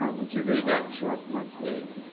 um would you read that in short form, please,